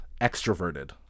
extroverted